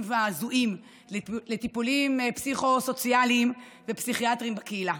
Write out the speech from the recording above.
וההזויים לטיפולים פסיכו-סוציאליים ופסיכיאטריים בקהילה.